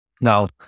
now